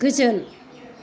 गोजोन